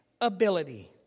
ability